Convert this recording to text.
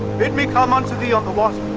bid me come unto thee on the water.